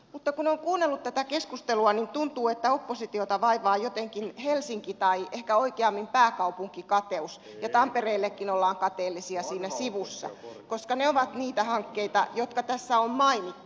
mutta kun on kuunnellut tätä keskustelua niin tuntuu että oppositiota vaivaa jotenkin helsinki tai ehkä oikeammin pääkaupunkikateus ja tampereellekin ollaan kateellisia siinä sivussa koska ne ovat niitä hankkeita jotka tässä on mainittu